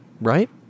right